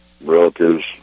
relatives